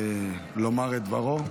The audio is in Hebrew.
לומר את דברו.